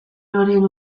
loreen